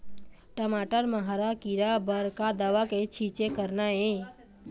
टमाटर म हरा किरा बर का दवा के छींचे करना ये?